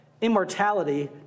immortality